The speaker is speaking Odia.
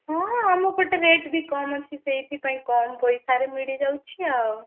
ହଁ ଆମ ପଟେ ରେଟ୍ ବି କମ ଅଛି ସେଇଥିପାଇଁ କମ୍ ପଇସାରେ ମିଳିଯାଉଛି ଆଉ